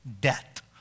death